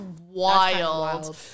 wild